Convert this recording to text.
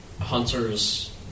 hunters